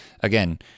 again